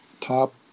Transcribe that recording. top